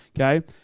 Okay